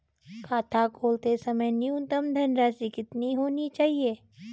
खाता खोलते समय न्यूनतम धनराशि कितनी होनी चाहिए?